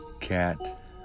cat